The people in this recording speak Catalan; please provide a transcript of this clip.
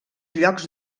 llocs